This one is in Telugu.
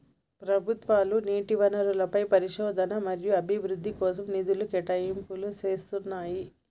ప్రభుత్వాలు నీటి వనరులపై పరిశోధన మరియు అభివృద్ధి కోసం నిధుల కేటాయింపులు చేస్తున్నయ్యి